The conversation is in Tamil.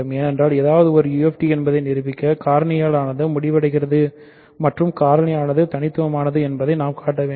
ஏனென்றால் ஏதாவது ஒரு UFD என்பதை நிரூபிக்க காரணியாலானது முடிவடைகிறது மற்றும் காரணியாலானது தனித்துவமானது என்பதை நாம் காட்ட வேண்டும்